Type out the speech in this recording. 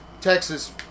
texas